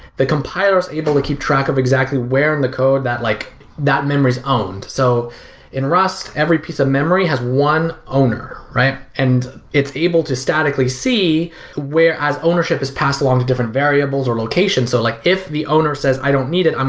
the compiler s able to keep track of exactly where in the code that like that memory is owned. so in rust, every piece of memory has one owner, right? and it's able to statically see where as ownership is passed along different variable or locations, so like if the owner says, i don't need it,